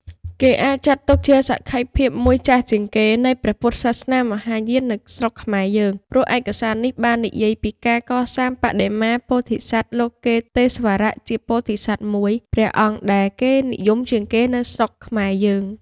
គេអាចចាត់ទុកជាសក្ខីភាពមួយចាស់ជាងគេនៃព្រះពុទ្ធសាសនាមហាយាននៅស្រុកខ្មែរយើង ព្រោះឯកសារនេះបាននិយាយពីការកសាងបដិមាពោធិសត្វលោកិតេស្វរៈជាពោធិសត្វមួយព្រះអង្គដែលគេនិយមជាងគេនៅស្រុកខ្មែរយើង។